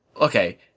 okay